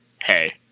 hey